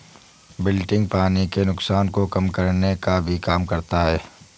wilting पानी के नुकसान को कम करने का भी काम करता है